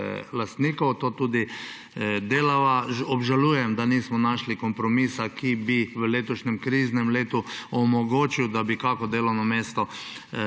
To tudi delava. Obžalujem, da nismo našli kompromisa, ki bi v letošnjem kriznem letu omogočil, da bi kakšno delovno mesto